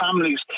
families